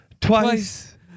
twice